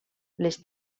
les